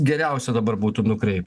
geriausia dabar būtų nukreipt